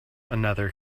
another